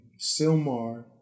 Silmar